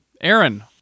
aaron